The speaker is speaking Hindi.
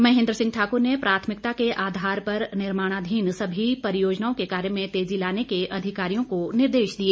महेन्द्र सिंह ठाकूर ने प्राथमिकता के आधार पर निर्माणाधीन सभी परियोजनाओं के कार्य में तेजी लाने के अधिकारियों को निर्देश दिए